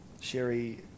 Sherry